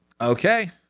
Okay